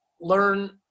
learn